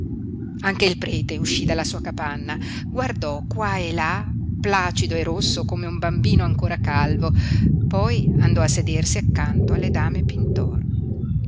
anche il prete uscí dalla sua capanna guardò qua e là placido e rosso come un bambino ancora calvo poi andò a sedersi accanto alle dame pintor